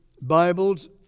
Bibles